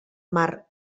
mar